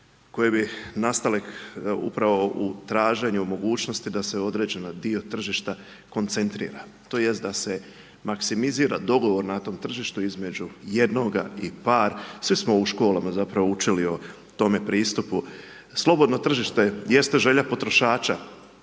koje bi nastale upravo u traženju, mogućnosti, da se određeni dio tržišta koncentrira, tj. da se maksimizira dogovor na tom tržištu, između jednoga i par. Svi smo u školama učili o tome pristupu. Slobodno tržište, jeste želja potrošača.